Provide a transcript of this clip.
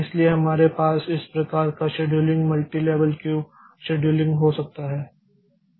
इसलिए हमारे पास इस प्रकार का शेड्यूलिंग मल्टीलेवल क्यू शेड्यूलिंग हो सकता है